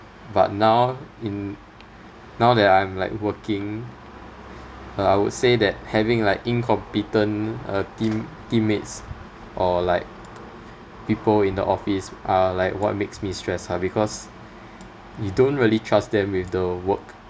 but now in now that I'm like working uh I would say that having like incompetent uh team~ teammates or like people in the office are like what makes me stressed ah because you don't really trust them with the work